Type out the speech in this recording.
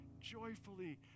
joyfully